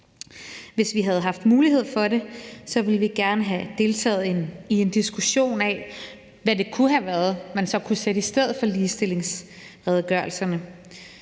Hvis vi havde haft mulighed for det, ville vi gerne have deltaget i en diskussion om, hvad det så kunne være, man kunne sætte i stedet for ligestillingsredegørelserne.